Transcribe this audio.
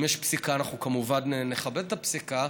אם יש פסיקה אנחנו כמובן נכבד את הפסיקה.